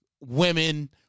women